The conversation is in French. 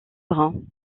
bruns